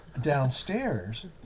downstairs